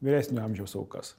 vyresnio amžiaus aukas